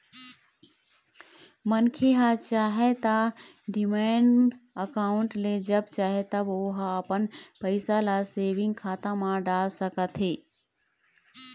मनखे ह चाहय त डीमैट अकाउंड ले जब चाहे तब ओहा अपन पइसा ल सेंविग खाता म डाल सकथे